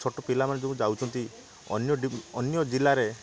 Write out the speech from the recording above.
ଛୋଟ ପିଲାମାନେ ଯୋଉ ଯାଉଛନ୍ତି ଅନ୍ୟ ଅନ୍ୟ ଜିଲ୍ଲାରେ